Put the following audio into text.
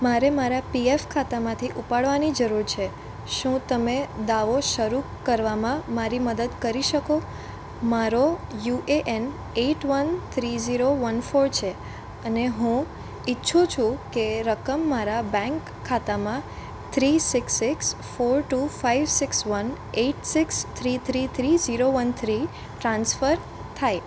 મારે મારા પીએફ ખાતામાંથી ઉપાડવાની જરૂર છે શું તમે દાવો શરૂ કરવામાં મારી મદદ કરી શકો મારો U A N eight one three zero one four છે અને હું ઈચ્છું છું કે રકમ મારા બેન્ક ખાતામાં three six six four two five six one eight six three three three zero one three transfer થાય